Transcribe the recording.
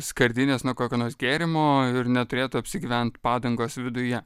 skardinės nuo kokio nors gėrimo ir neturėtų apsigyvent padangos viduje